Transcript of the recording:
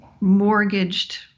mortgaged